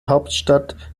hauptstadt